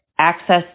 access